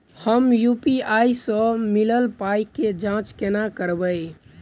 हम यु.पी.आई सअ मिलल पाई केँ जाँच केना करबै?